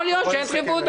יכול להיות שאין דחיפות,